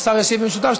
לא לא, יש ועדות חקירה,